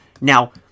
Now